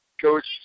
Coach